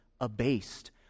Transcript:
abased